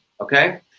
okay